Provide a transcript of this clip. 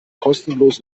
kostenlos